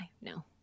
no